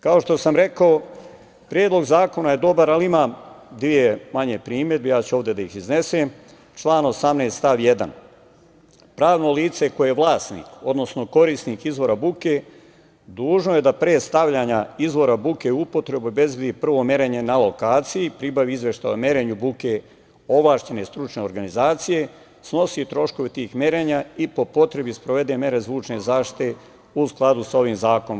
Kao što sam rekao, predlog zakona je dobar, ali ima dve manje primedbe i ja ću ovde da ih iznesem, član 18. stav 1. Pravno lice koje je vlasnik, odnosno korisnik izvora buke, dužno je da pre stavljanja izvora buke upotrebe, obezbedi merenje na lokaciji, pribavi izveštaj o merenju buke ovlašćene stručne organizacije i snosi troškove tih merenja, i po potrebi sprovede mere stručne zaštite, u skladu sa ovim zakonom.